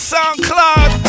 SoundCloud